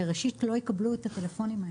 שראשית לא יקבלו את הטלפונים האלה.